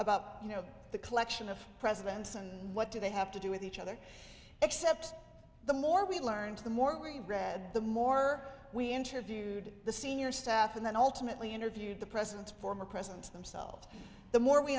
about you know the collection of presidents and what do they have to do with each other except the more we learned to the more we read the more we interviewed the senior staff and then ultimately interviewed the president former president themselves the more we